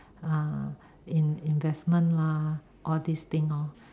uh investment lah all this thing lor